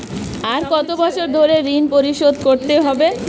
আর কত বছর ধরে ঋণ পরিশোধ করতে হবে?